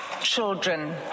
children